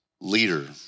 leader